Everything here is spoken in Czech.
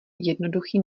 jednoduchý